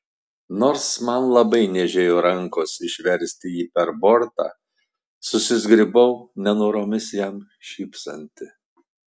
nors man labai niežėjo rankos išversti jį per bortą susizgribau nenoromis jam šypsanti